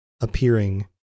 appearing